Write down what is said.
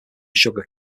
sugar